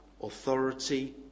authority